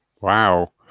Wow